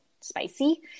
spicy